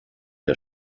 der